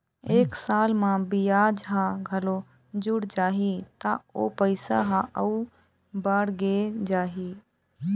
एक साल म बियाज ह घलोक जुड़ जाही त ओ पइसा ह अउ बाड़गे जाही